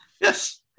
yes